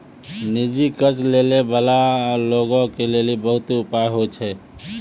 निजी कर्ज लै बाला लोगो के लेली बहुते उपाय होय छै